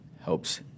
helps